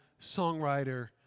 songwriter